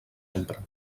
empra